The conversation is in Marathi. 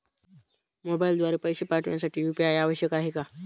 मोबाईलद्वारे पैसे पाठवण्यासाठी यू.पी.आय आवश्यक आहे का?